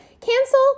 Cancel